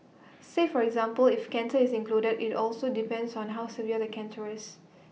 say for example if cancer is included IT also depends on how severe the cancer is